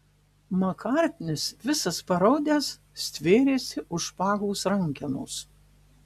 makartnis visas paraudęs stvėrėsi už špagos rankenos